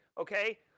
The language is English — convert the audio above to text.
Okay